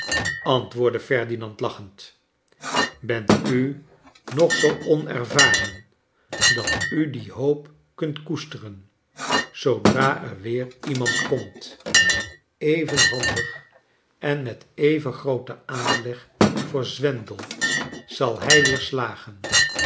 antwoordde ferdinand lachend bent u nog zoo onervaren dat u die hoop kunt koesteren zoodra er weer iemand komt even handig en met even grooten aanleg voor zwendel zal hij weer slagen